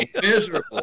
miserable